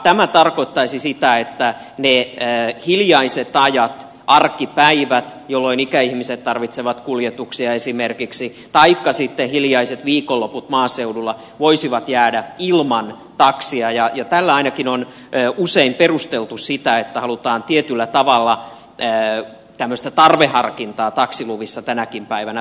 tämä tarkoittaisi sitä että ne hiljaiset ajat arkipäivät jolloin ikäihmiset tarvitsevat kuljetuksia esimerkiksi taikka sitten hiljaiset viikonloput maaseudulla voisivat jäädä ilman taksia ja tällä ainakin on usein perusteltu sitä että halutaan tietyllä tavalla tämmöistä tarveharkintaa taksiluvissa tänäkin päivänä pitää